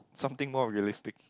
something more realistic